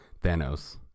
Thanos